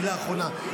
מילה אחרונה,